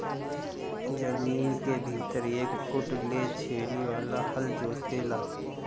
जमीन के भीतर एक फुट ले छेनी वाला हल जोते ला